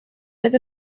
oedd